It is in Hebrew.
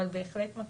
אבל בהחלט מקשיבים.